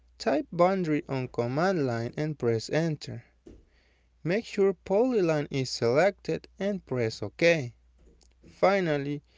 type boundary on command line and press enter make sure polyline is selected and press ok finally,